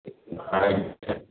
ଆାଇ